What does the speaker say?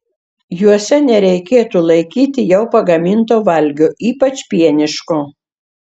juose nereikėtų laikyti jau pagaminto valgio ypač pieniško